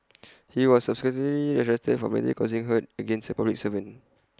he was subsequently arrested for voluntarily causing hurt against A public servant